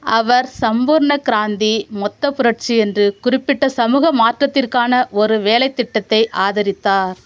அவர் சம்பூர்ண கிராந்தி மொத்தப் புரட்சி என்று குறிப்பிட்ட சமூக மாற்றத்திற்கான ஒரு வேலைத்திட்டத்தை ஆதரித்தார்